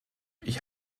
ich